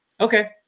Okay